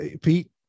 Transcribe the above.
Pete